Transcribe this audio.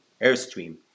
Airstream